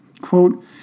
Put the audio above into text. Quote